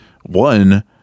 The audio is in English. one